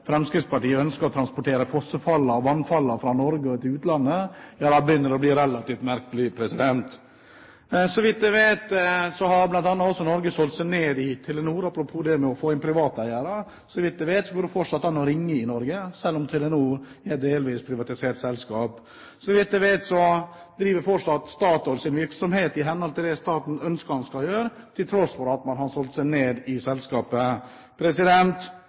Fremskrittspartiet ønsker å transportere fossefall fra Norge til utlandet, begynner det å bli relativt merkelig. Så vidt jeg vet, har Norge solgt seg ned i bl.a. Telenor – apropos det å få inn privateiere. Så vidt jeg vet, går det fortsatt an å ringe i Norge, selv om Telenor er et delvis privatisert selskap. Så vidt jeg vet, driver Statoil fortsatt sin virksomhet i henhold til det staten ønsker, til tross for at man har solgt seg ned i selskapet.